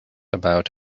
about